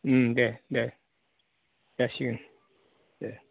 दे दे जासिगोन दे